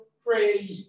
pray